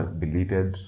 deleted